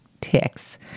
ticks